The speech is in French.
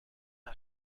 n’a